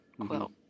quilt